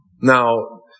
Now